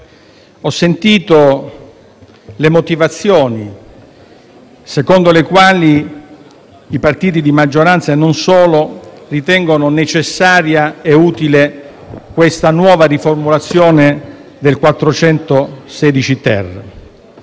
ho sentito le motivazioni secondo le quali i partiti di maggioranza - e non solo - ritengono necessaria e utile questa nuova riformulazione dell'articolo